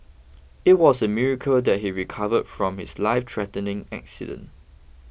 it was a miracle that he recovered from his lifethreatening accident